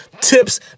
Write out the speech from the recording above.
tips